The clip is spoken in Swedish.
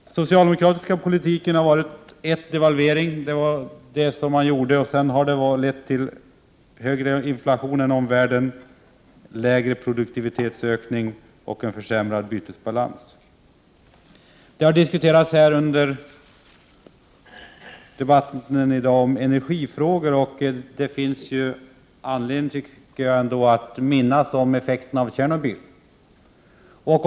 Den socialdemokratiska politiken innebar först devalvering — det var en sådan som genomfördes — och sedan har det varit fråga om högre inflation i Sverige än i omvärlden, lägre produktivitetsökning och en försämrad bytesbalans. Under debatten här i dag har energifrågor diskuterats. Det finns anledning att påminna om effekterna av Tjernobylolyckan.